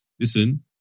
listen